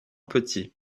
petit